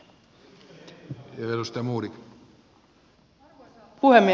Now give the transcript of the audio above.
arvoisa puhemies